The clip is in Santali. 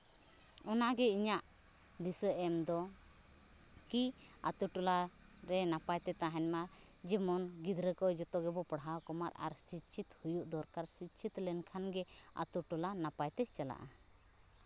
ᱚᱱᱟᱜᱮ ᱤᱧᱟᱹᱜ ᱫᱤᱥᱟᱹ ᱮᱢ ᱫᱚ ᱠᱤ ᱟᱛᱳ ᱴᱚᱞᱟᱨᱮ ᱱᱟᱯᱟᱭ ᱛᱮ ᱛᱟᱦᱮᱱ ᱢᱟ ᱡᱮᱢᱚᱱ ᱜᱤᱫᱽᱨᱟᱹ ᱠᱚ ᱡᱚᱛᱚ ᱜᱮᱵᱚᱱ ᱯᱟᱲᱦᱟᱣ ᱠᱚᱢᱟ ᱟᱨ ᱥᱤᱪᱪᱷᱤᱛ ᱦᱩᱭᱩᱜ ᱫᱚᱨᱠᱟᱨ ᱥᱤᱪᱪᱷᱤᱛ ᱞᱮᱱᱠᱷᱟᱱ ᱜᱮ ᱟᱛᱳ ᱴᱚᱞᱟ ᱱᱟᱯᱟᱭ ᱛᱮ ᱪᱟᱞᱟᱜᱼᱟ